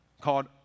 called